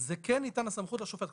זה כן ניתן סמכות לשופט,